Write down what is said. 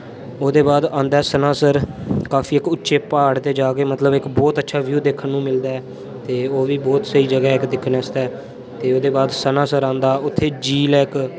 ओह्दे बाद आंदा सनासर काफी इक उच्चे पहाड़ ते जेह्के इक बहुत अच्छा वयु देक्खन गी मिलदा ऐ ते ओह बी बहुत स्हेई जगहा ऐ इक दिक्खने आस्तै ते ओहदे बाद सनासर आंदा उत्थे झील ऐ इक